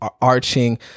arching